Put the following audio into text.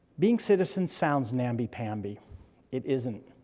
being citizens sounds namby-pamby it isn't,